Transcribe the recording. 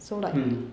mm